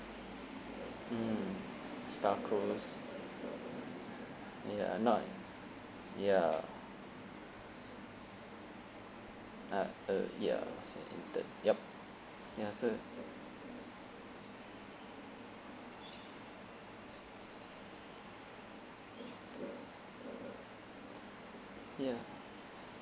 mm star cruise ya not ya uh uh ya so in that yup ya so ya